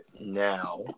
Now